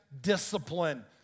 discipline